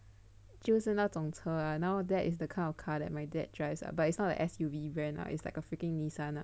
就是那种车 ah now that is the kind of car that my dad drives lah but it's not a S_U_V van lah it's like a freaking Nissan ah